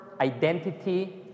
identity